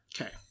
Okay